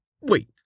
Wait